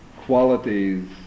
qualities